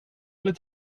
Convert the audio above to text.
eller